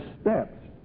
steps